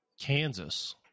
Kansas